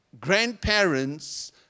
grandparents